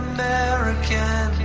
American